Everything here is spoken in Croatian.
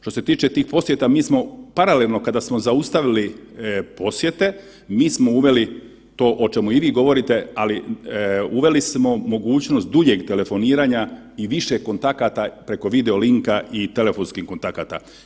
Što se tiče tih posjeta mi smo paralelno kada smo zaustavili posjete mi smo uveli to o čemu i vi govorite, ali uveli smo mogućnost duljeg telefoniranja i više kontakata preko video linka i telefonskih kontakata.